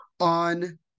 on